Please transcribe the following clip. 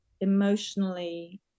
emotionally